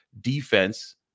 defense